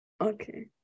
Okay